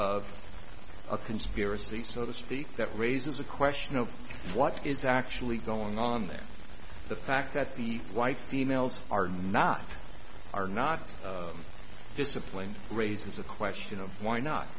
of a conspiracy so to speak that raises a question of what is actually going on there the fact that the white females are not are not disciplined raises the question of why not